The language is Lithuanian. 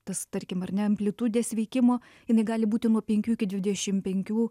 tas tarkim ar ne amplitudės veikimo jinai gali būti nuo penkių iki dvidešim penkių